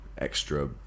extra